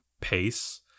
pace